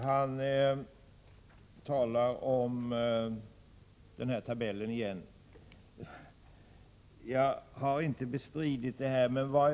Fru talman! Rolf Kenneryd tar upp denna tabell igen. Jag har inte bestritt något.